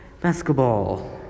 Basketball